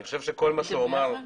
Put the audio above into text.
אני חושב שכל מה שהוא אמר,